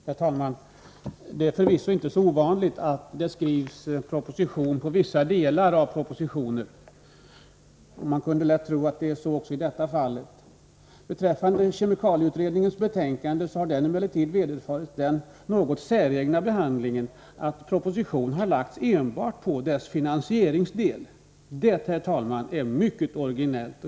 Herr talman! Det är förvisso inte så ovanligt att det skrivs propositioner på vissa delar av ett utredningsbetänkande. Man kunde lätt tro att det är så också i detta fall. Kemikalieutredningens betänkande har emellertid vederfarits den något säregna behandlingen att proposition har lagts enbart på dess finansieringsdel. Det, herr talman, är mycket originellt.